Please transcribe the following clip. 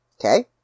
Okay